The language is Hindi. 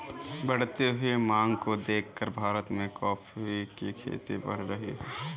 बढ़ती हुई मांग को देखकर भारत में कॉफी की खेती बढ़ रही है